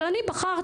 אבל אני בחרתי.